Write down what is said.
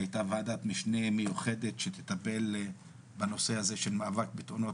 היתה ועדת משנה מיוחדת שתטפל בנושא הזה של מאבק בתאונות